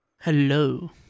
Hello